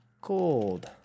Cold